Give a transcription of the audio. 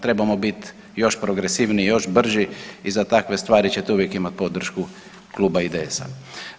Trebamo biti još progresivniji, još brži i za takve stvari ćete uvijek imati podršku Kluba IDS-a.